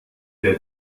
der